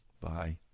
Bye